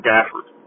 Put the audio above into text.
Gafford